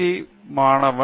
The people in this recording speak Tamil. டி மாணவன்